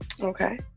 Okay